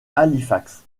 halifax